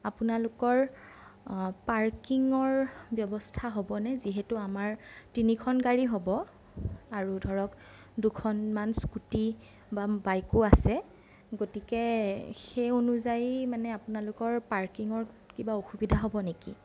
আপোনালোকৰ পাৰ্কিঙৰ ব্যৱস্থা হ'বনে যিহেতু আমাৰ তিনিখন গাড়ী হ'ব আৰু ধৰক দুখনমান স্কুটী বা বাইকো আছে গতিকে সেই অনুযায়ী মানে আপোনালোকৰ পাৰ্কিঙৰ কিবা অসুবিধা হ'ব নেকি